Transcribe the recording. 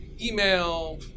email